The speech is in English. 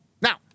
Now